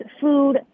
food